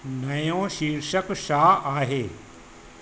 नयो शीर्षक छा आहे